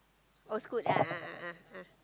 old school a'ah a'ah ah